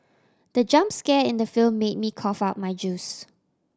the jump scare in the film made me cough out my juice